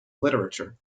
literature